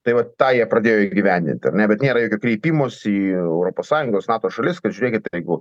tai va tą jie pradėjo įgyvendint ar ne bet nėra jokio kreipimosi į europos sąjungos nato šalis kad žiūrėkit jeigu